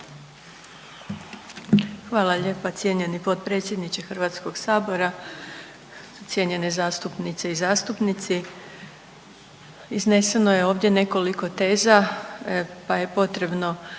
Hvala lijepa. Cijenjeni potpredsjedniče HS-a, cijenjene zastupnice i zastupnici. Izneseno je ovdje nekoliko teza pa je potrebno